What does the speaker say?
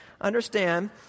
Understand